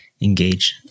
engage